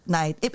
night